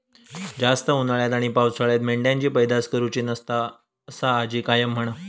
जास्त उन्हाळ्यात आणि पावसाळ्यात मेंढ्यांची पैदास करुची नसता, असा आजी कायम म्हणा